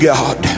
God